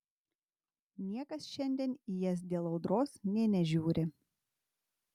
niekas šiandien į jas dėl audros nė nežiūri